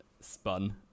spun